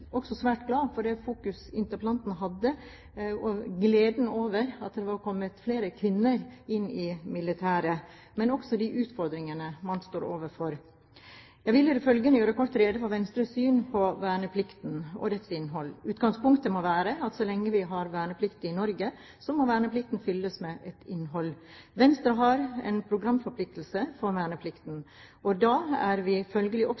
også svært glad for det fokus interpellanten hadde på gleden over at det var kommet flere kvinner inn i militæret, men også de utfordringene man står overfor. Jeg vil i det følgende kort gjøre rede for Venstres syn på verneplikten og dens innhold. Utgangspunktet må være at så lenge vi har verneplikt i Norge, må verneplikten fylles med et innhold. Venstre har en programforpliktelse for verneplikten, og da er vi følgelig